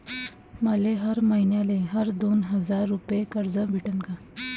मले हर मईन्याले हर दोन हजार रुपये कर्ज भेटन का?